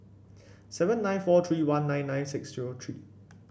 seven six four three one nine nine six zero three